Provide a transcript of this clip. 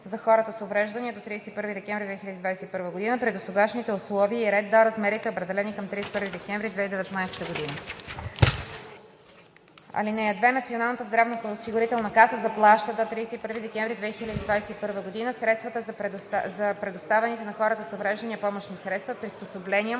за хората с увреждания до 31 декември 2021 г., при досегашните условия и ред до размерите, определени към 31 декември 2019 г.“ (2) Националната здравноосигурителна каса заплаща до 31 декември 2021 г. средствата за предоставените на хората с увреждания помощни средства, приспособления,